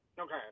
Okay